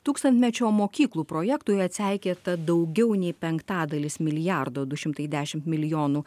tūkstantmečio mokyklų projektui atseikėta daugiau nei penktadalis milijardo du šimtai dešimt milijonų